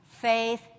faith